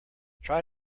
try